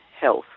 health